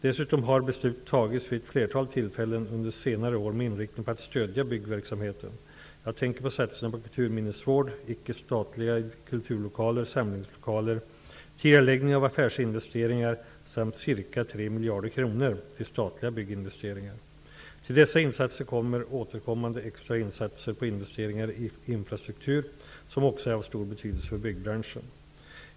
Dessutom har beslut tagits vid ett flertal tillfällen under senare år med inriktning på att stödja byggverksamheten. Jag tänker på satsningar på kulturminnesvård, icke-statliga kulturlokaler, samlingslokaler, tidigareläggning av affärsverksinvesteringar samt ca 3 miljarder kronor till statliga bygginvesteringar. Till dessa insatser kommer återkommande extra insatser på investeringar i infrastruktur som också är av stor betydelse för byggbranschen.